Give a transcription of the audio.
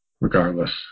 regardless